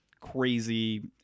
crazy